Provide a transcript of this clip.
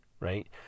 Right